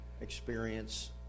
experience